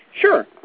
Sure